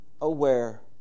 aware